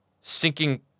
sinking